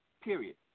Period